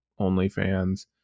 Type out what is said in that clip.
OnlyFans